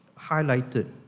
highlighted